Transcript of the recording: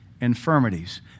infirmities